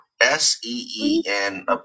S-E-E-N